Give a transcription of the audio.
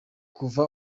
kuva